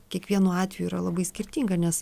kiekvienu atveju yra labai skirtinga nes